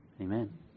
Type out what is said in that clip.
Amen